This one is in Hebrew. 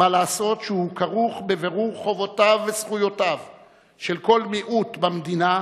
מה לעשות שהוא כרוך בבירור חובותיו וזכויותיו של כל מיעוט במדינה,